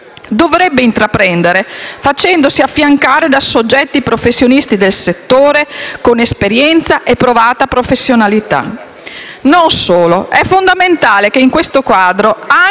dovrebbe intraprendere facendosi affiancare da soggetti professionisti del settore con esperienza e provata professionalità. Non solo, ma è fondamentale che, in questo quadro,